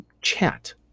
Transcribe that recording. chat